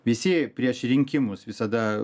visi prieš rinkimus visada